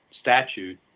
statute